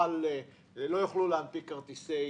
שלא יוכלו להנפיק כרטיסי